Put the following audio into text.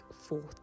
forth